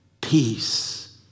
peace